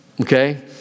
okay